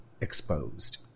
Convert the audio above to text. exposed